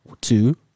Two